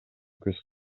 көз